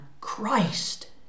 Christ